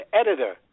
editor